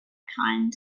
kind